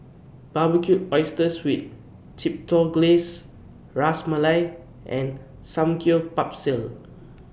Barbecued Oysters with Chipotle Glaze Ras Malai and Samgyeopsal